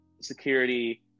security